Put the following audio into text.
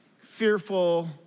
Fearful